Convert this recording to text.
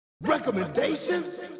Recommendations